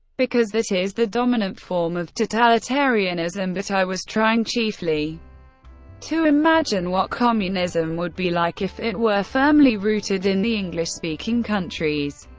because that is the dominant form of totalitarianism, but i was trying chiefly to imagine what communism would be like if it were firmly rooted in the english speaking countries,